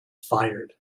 fired